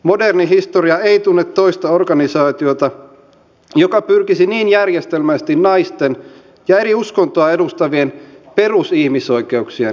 moderni historia ei tunne toista organisaatiota joka pyrkisi niin järjestelmällisesti naisten ja eri uskontoa edustavien perusihmisoikeuksien tuhoamiseen